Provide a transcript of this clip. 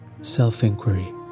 self-inquiry